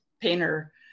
painter